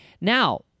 Now